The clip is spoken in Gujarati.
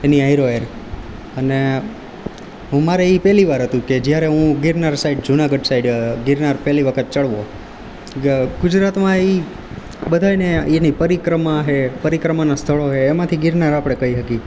એની હારોહાર અને મારે એ પહેલીવાર હતું કે જ્યારે હું ગિરનાર સાઈડ જુનાગઢ સાઈડ ગિરનાર પહેલી વખત ચડવો ગુજરાતમાં એ બધાંયને એની પરિક્રમા છે પરિક્રમાના સ્થળો છે એમાંથી ગિરનાર આપણે કહી શકીએ